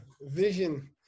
vision